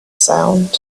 sound